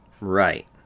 Right